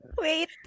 Wait